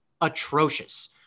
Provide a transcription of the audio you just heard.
atrocious